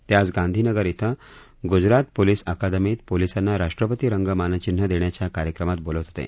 ते आज गांधीनगर इथं ग्जरात पोलिस अकदमीत पोलिसांना राष्ट्रपती रंग मानचिन्ह देण्याच्या कार्यक्रमात बोलत होते